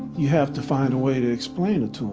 you have to find a way to explain it to